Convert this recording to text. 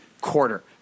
quarter